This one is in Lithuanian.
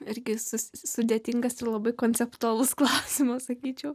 ir jis sudėtingas ir labai konceptualus klausimas sakyčiau